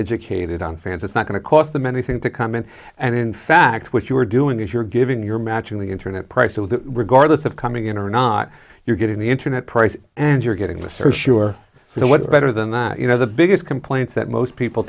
educated on fans it's not going to cost them anything to come in and in fact what you are doing is you're giving your matching the internet price so that regardless of coming in or not you're getting the internet price and you're getting less for sure so what's better than that you know the biggest complaints that most people